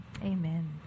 Amen